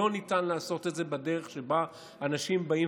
לא ניתן לעשות את זה בדרך שבה אנשים באים,